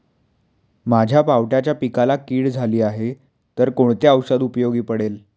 माझ्या पावट्याच्या पिकाला कीड झाली आहे तर कोणते औषध उपयोगी पडेल?